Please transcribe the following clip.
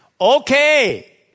Okay